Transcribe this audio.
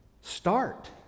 Start